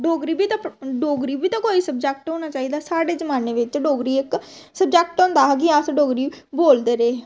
डोगरी बी ते डोगरी बी कोई सबजैक्ट होना चाहिदा साढ़े जमाने बिच्च डोगरी इक्क सबजैक्ट होंदा हा कि अस डोगरी बोलदे रेह्